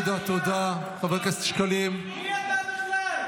איזה יושב-ראש --- למה מפריעים כל הזמן?